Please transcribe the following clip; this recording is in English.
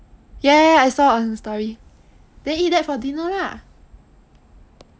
ya ya ya I saw on her story then eat that for dinner lah